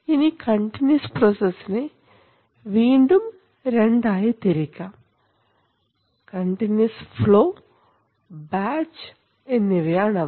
ഇനി കണ്ടിന്യൂസ് പ്രോസസ്സിനെ വീണ്ടും രണ്ടായി തിരിക്കാം കണ്ടിന്യൂസ് ഫ്ലോ ബാച്ച് എന്നിവയാണവ